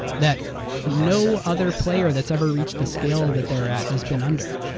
that no other player that's ever reached the scale that they're at has been under.